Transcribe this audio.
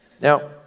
Now